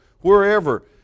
wherever